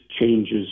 changes